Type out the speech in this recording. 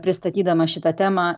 pristatydama šitą temą